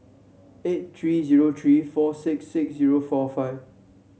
eight three zero three four six six zero four five